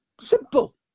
Simple